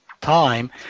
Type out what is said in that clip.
time